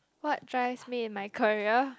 what drives me in my career